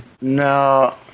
No